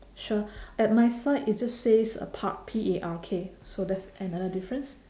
sure at my side it just says a park P A R K so that's another difference